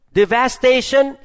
devastation